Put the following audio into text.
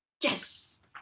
Yes